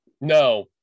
No